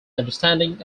understanding